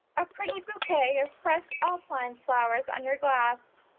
a pretty bouquet of pressed alpine flowers under glass.